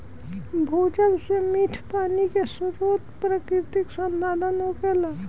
भूजल से मीठ पानी के स्रोत प्राकृतिक संसाधन होखेला